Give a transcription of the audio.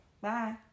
Bye